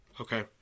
Okay